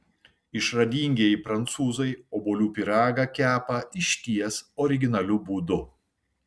išradingieji prancūzai obuolių pyragą kepa išties originaliu būdu